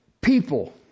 People